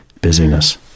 busyness